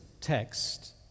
text